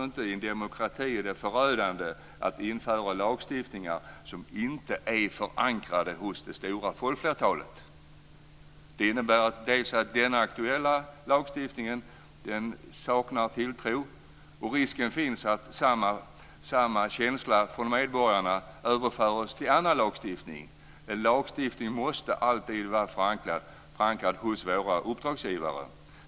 I en demokrati är det förödande att införa lagstiftningar som inte är förankrade hos det stora folkflertalet. Det innebär att den aktuella lagstiftningen saknar tilltro, och risken finns att samma känsla hos medborgarna överförs till annan lagstiftning. En lagstiftning måste alltid vara förankrad hos våra uppdragsgivare.